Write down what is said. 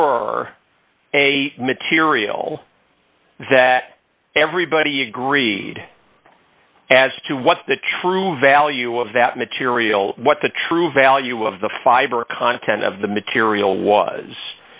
a material that everybody agreed as to what the true value of that material what the true value of the fiber content of the material was